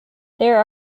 there